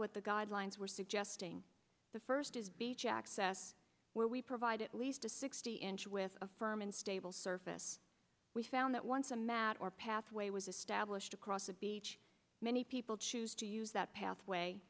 what the guidelines were suggesting the first is beach access where we provide at least a sixty inch with a firm and stable surface we found that once a mat or pathway was established across the beach many people choose to use that pa